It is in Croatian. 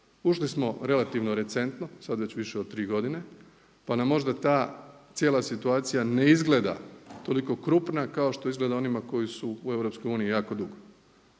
Ušli smo relativno recentno, sada već više od 3 godine pa nam možda ta cijela situacija ne izgleda toliko krupna kao što izgleda onima koji su u Europskoj